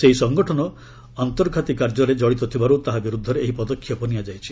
ସେହି ସଙ୍ଗଠନ ଅନ୍ତର୍ଘାତୀମଳକ କାର୍ଯ୍ୟରେ ଜଡ଼ିତ ଥିବାରୁ ତାହା ବିରୁଦ୍ଧରେ ଏହି ପଦକ୍ଷେପ ନିଆଯାଇଛି